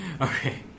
okay